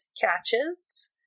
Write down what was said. catches